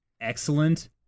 excellent